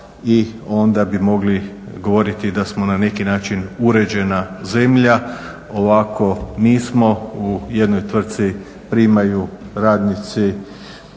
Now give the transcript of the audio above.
i onda bi mogli govoriti da smo na neki način uređena zemlja, ovako nismo. U jednoj tvrtci primaju radnici